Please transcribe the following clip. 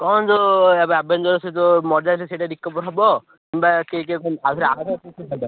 ହଁ ଯେଉଁ ଏବେ ଆଭେଞ୍ଜରସ୍ର ଯେଉଁ ମରିଯାଇଥିଲା ସେଇଟା ରିକଭର୍ ହେବ କିମ୍ବା କିଏ କିଏ